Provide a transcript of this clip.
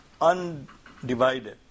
undivided